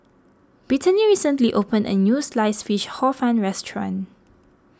Britany recently opened a new Sliced Fish Hor Fun restaurant